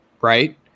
right